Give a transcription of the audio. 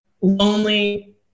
lonely